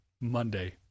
Monday